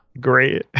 Great